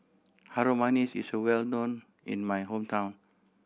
Harum Manis is well known in my hometown